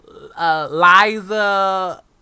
Liza